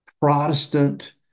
Protestant